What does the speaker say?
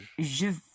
Je